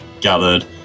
gathered